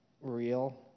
real